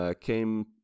came